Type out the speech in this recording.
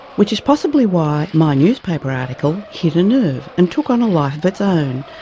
which is possibly why my newspaper article hit a nerve and took on a life of its own,